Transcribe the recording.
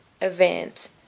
event